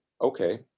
Okay